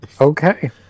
Okay